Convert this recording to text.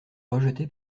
rejeté